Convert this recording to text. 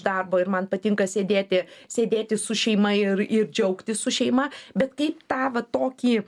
darbo ir man patinka sėdėti sėdėti su šeima ir ir džiaugtis su šeima bet kaip tą va tokį